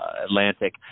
Atlantic